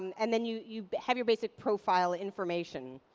and and then, you you have your basic profile information.